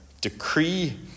decree